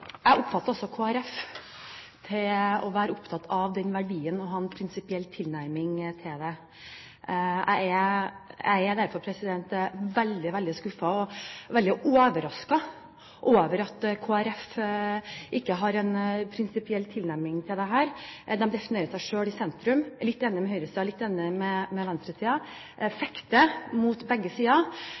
Jeg oppfatter også Kristelig Folkeparti som å være opptatt av verdien av å ha en prinsipiell tilnærming til dette. Jeg er derfor veldig, veldig skuffet og veldig overrasket over at Kristelig Folkeparti ikke har en prinsipiell tilnærming til dette. De definerer seg selv i sentrum, er litt enig med høyresiden og litt enig med venstresiden – fekter mot begge sider